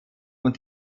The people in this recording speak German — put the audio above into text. und